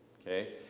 Okay